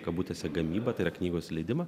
kabutėse gamybą tai yra knygos leidimą